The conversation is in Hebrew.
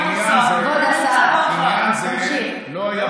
אני שואל אותך, מה היית